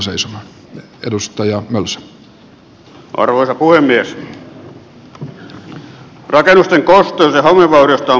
rakennusten kosteus ja homevaurioista on puhuttu jo pitkään